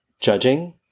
judging